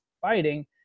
fighting